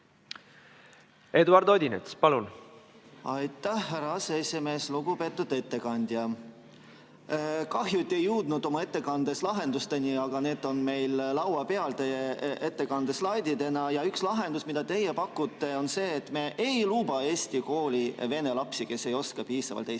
Eduard Odinets, palun! Aitäh, härra aseesimees! Lugupeetud ettekandja! Kahju, et te ei jõudnud oma ettekandes lahendusteni, aga need on meil laua peal teie ettekande slaididena. Ja üks lahendus, mida teie pakute, on see, et me ei luba eesti kooli vene lapsi, kes ei oska piisavalt eesti keelt,